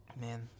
Man